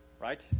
right